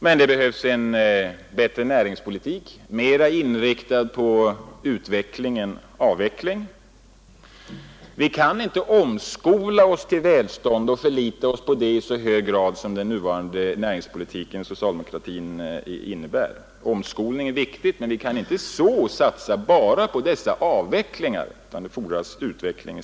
Men det behövs en bättre näringspolitik, mera inriktad på utveckling än avveckling. Vi kan inte omskola oss till välstånd och i så hög grad som den nuvarande socialdemokratiska näringspolitiken innebär förlita oss på sådana åtgärder. Omskolningen är viktig, men vi kan inte satsa bara på dessa avvecklingar, utan det fordras i stället utveckling.